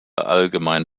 allgemein